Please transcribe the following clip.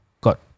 got